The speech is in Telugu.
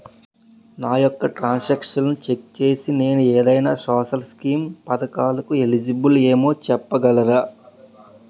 నా యెక్క ట్రాన్స్ ఆక్షన్లను చెక్ చేసి నేను ఏదైనా సోషల్ స్కీం పథకాలు కు ఎలిజిబుల్ ఏమో చెప్పగలరా?